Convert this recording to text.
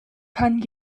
kann